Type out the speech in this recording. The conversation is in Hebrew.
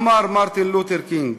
אמר מרטין לותר קינג.